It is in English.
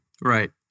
Right